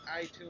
iTunes